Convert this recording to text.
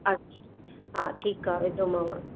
हा ठीक आहे विधोमांव